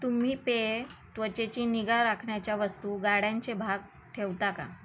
तुम्ही पेये त्वचेची निगा राखण्याच्या वस्तू गाड्यांचे भाग ठेवता का